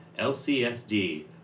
LCSD